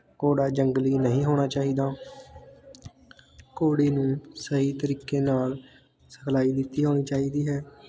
ਘੋੜਾ ਜੰਗਲੀ ਨਹੀਂ ਹੋਣਾ ਚਾਹੀਦਾ ਘੋੜੇ ਨੂੰ ਸਹੀ ਤਰੀਕੇ ਨਾਲ ਸਿਖਲਾਈ ਦਿੱਤੀ ਹੋਣੀ ਚਾਹੀਦੀ ਹੈ